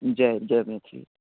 जय जय मैथिली